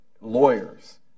lawyers